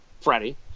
Freddie